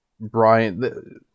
Brian